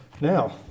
Now